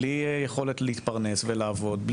בלי יכולת להתפרנס ולעבוד.